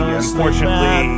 unfortunately